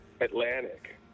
Atlantic